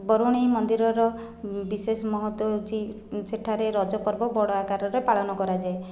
ବରୁଣେଇ ମନ୍ଦିରର ବିଶେଷ ମହତ୍ତ୍ଵ ହେଉଛି ସେଠାରେ ରଜପର୍ବ ବଡ଼ ଆକାରରେ ପାଳନ କରାଯାଏ